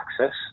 access